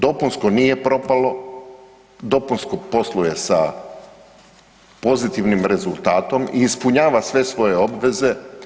Dopunsko nije propalo, dopunsko posluje sa pozitivnim rezultatom i ispunjava sve svoje obveze.